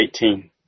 18